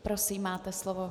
Prosím, máte slovo.